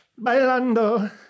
Bailando